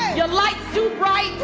your light's too bright,